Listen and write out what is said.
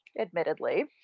admittedly